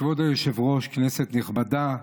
כבוד היושב-ראש, כנסת נכבדה,